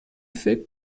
فکر